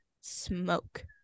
Smoke